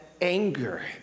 anger